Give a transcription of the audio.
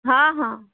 हँ हँ